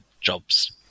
jobs